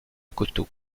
coteau